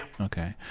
Okay